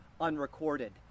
unrecorded